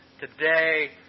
Today